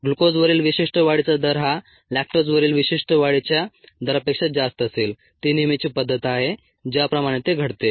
ग्लुकोजवरील विशिष्ट वाढीचा दर हा लॅक्टोजवरील विशिष्ट वाढीच्या दरापेक्षा जास्त असेल ती नेहमीची पद्धत आहे ज्याप्रमाणे ते घडते